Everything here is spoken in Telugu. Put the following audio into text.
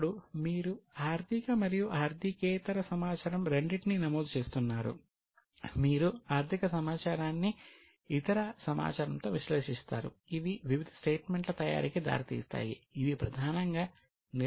ఇప్పుడు మీరు ఆర్థిక మరియు ఆర్థికేతర సమాచారం రెండింటినీ నమోదు చేస్తున్నారు మీరు ఆర్థిక సమాచారాన్ని ఇతర సమాచారంతో విశ్లేషిస్తారు ఇవి వివిధ స్టేట్మెంట్ల తయారీకి దారితీస్తాయి ఇవి ప్రధానంగా నిర్వాహక నిర్ణయాలకు ఉపయోగిస్తారు